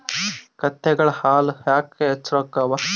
ಕತ್ತೆಗಳ ಹಾಲ ಯಾಕ ಹೆಚ್ಚ ರೊಕ್ಕ ಅವಾ?